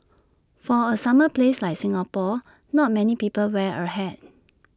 for A summer place like Singapore not many people wear A hat